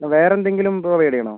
വേറെ എന്തെങ്കിലും പ്രൊവൈഡ് ചെയ്യണോ